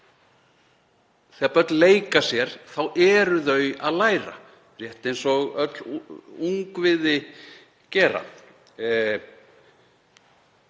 Þegar börn leika sér þá eru þau að læra, rétt eins og allt ungviði gerir.